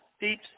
Deep